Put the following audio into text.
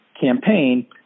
campaign